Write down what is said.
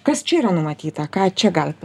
kas čia yra numatyta ką čia galit